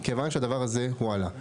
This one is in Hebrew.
כיוון שהדבר הזה הועלה,